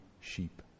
sheep